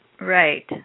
Right